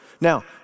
Now